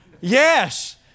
yes